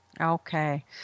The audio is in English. Okay